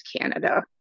canada